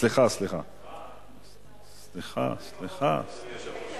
סליחה, סליחה, סליחה, סליחה.